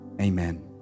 Amen